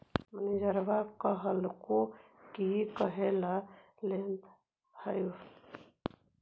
मैनेजरवा कहलको कि काहेला लेथ हहो?